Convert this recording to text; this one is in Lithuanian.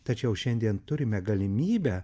tačiau šiandien turime galimybę